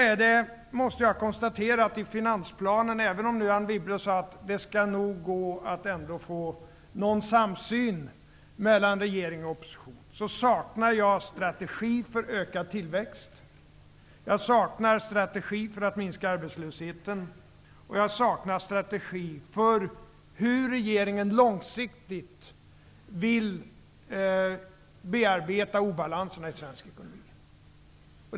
Även om Anne Wibble sade att det nog skall gå att få någon samsyn mellan regering och opposition, måste jag konstatera att jag i finansplanen saknar strategi för ökad tillväxt, strategi för att minska arbetslösheten och strategi för hur regeringen långsiktigt vill bearbeta obalanserna i svensk ekonomi.